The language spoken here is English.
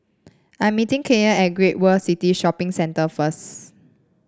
I am meeting Kylan at Great World City Shopping Centre first